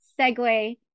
segue